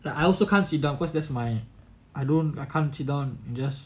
I also can't sit down because that's my I don't I can't sit down and just